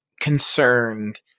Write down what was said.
concerned